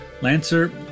Lancer